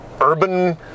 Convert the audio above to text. urban